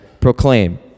proclaim